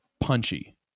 punchy